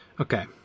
Okay